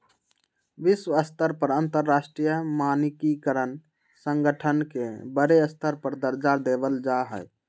वैश्विक स्तर पर अंतरराष्ट्रीय मानकीकरण संगठन के बडे स्तर पर दर्जा देवल जा हई